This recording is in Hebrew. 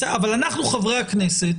אנחנו חברי הכנסת